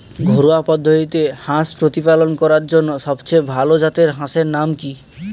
ঘরোয়া পদ্ধতিতে হাঁস প্রতিপালন করার জন্য সবথেকে ভাল জাতের হাঁসের নাম কি?